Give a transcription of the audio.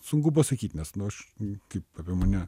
sunku pasakyt nes nu aš kaip apie mane